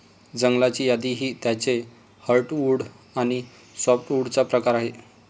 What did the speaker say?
जंगलाची यादी ही त्याचे हर्टवुड आणि सॅपवुडचा प्रकार आहे